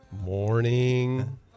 morning